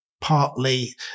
partly